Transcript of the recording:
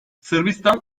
sırbistan